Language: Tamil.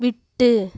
விட்டு